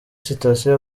sitasiyo